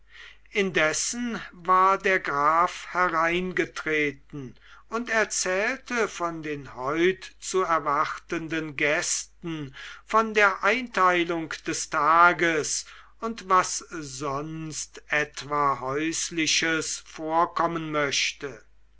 indessen war der graf hereingetreten und erzählte von den heut zu erwartenden gästen von der einteilung des tages und was sonst etwa häusliches vorkommen möchte